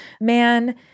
man